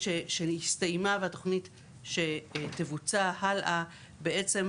שהסתיימה והתוכנית שתבוצע האלה בעצם